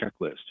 checklist